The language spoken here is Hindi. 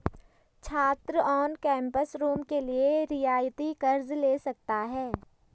छात्र ऑन कैंपस रूम के लिए रियायती कर्ज़ ले सकता है